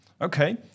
Okay